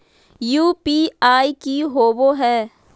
UPI की होवे है?